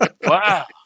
Wow